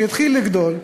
שהתחיל לגדול,